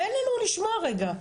תן לנו לשמוע רגע.